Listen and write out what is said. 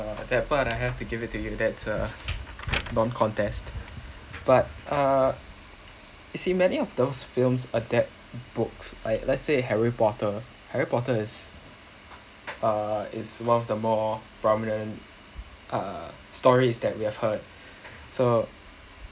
that part I have to give it to you that's uh none contest but uh you see many of those films adapt books I let's say harry potter harry potter is uh is one of the more prominent uh stories that we have heard so